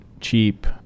cheap